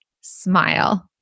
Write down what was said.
smile